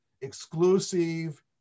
exclusive